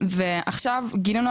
ועכשיו גילינו,